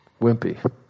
wimpy